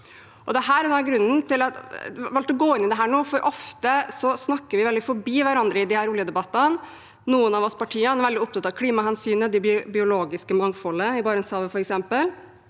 Dette er noe av grunnen til at jeg har valgt å gå inn i dette nå, for ofte snakker vi forbi hverandre i disse oljedebattene. Noen av partiene er veldig opptatt av klimahensynet, det biologiske mangfoldet, i Barentshavet f.eks.